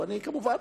כמובן,